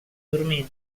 dormia